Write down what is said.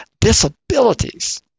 disabilities